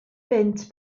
bunt